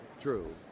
true